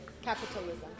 Capitalism